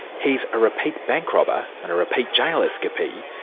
he's a repeat bank robber and a repeat jail escapee,